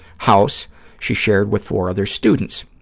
house she shared with four other students.